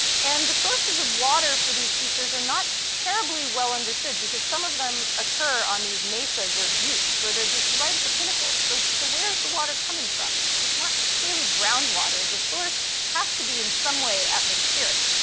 and the sources of water for these features are not terribly well understood because some of them occur on these mesas or buttes where they're just right at the pinnacle, so so where is the water coming from? it's it's not clearly groundwater. the source has to be in some way atmospheric,